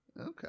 Okay